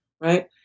right